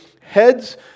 heads